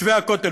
מתווה הכותל,